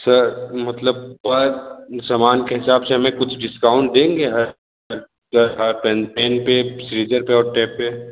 sir मतलब पर सामान के हिसाब से हमें कुछ डिस्काउंट देंगे हर हर पेन पेन पर सीज़र पर और टेप पर